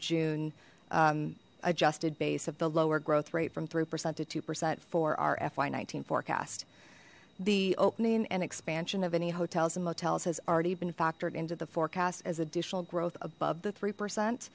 june adjusted base of the lower growth rate from three percent to two percent for our fy nineteen forecast the opening and expansion of any hotels and motels has already been factored into the forecast as additional growth above the three percent